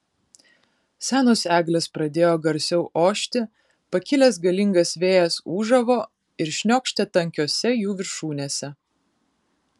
senos eglės pradėjo garsiau ošti pakilęs galingas vėjas ūžavo ir šniokštė tankiose jų viršūnėse